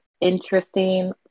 interesting